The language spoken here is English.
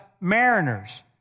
mariners